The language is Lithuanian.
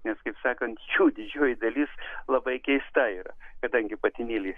nes kaip sakant jų didžioji dalis labai keista yra kadangi patinėliai